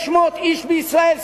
600 איש בישראל,